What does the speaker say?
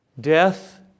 death